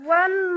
one